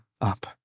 up